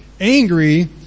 angry